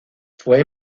fue